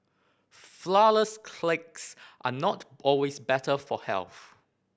flour less are not always better for health